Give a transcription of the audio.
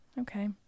Okay